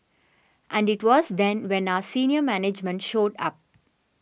and it was then when our senior management showed up